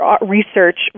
research